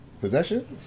Possession